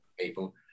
People